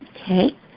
Okay